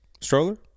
stroller